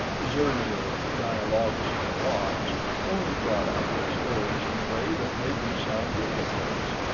his earlier dialogues of the gods only brought out their stories in a way that made them sound ridiculous.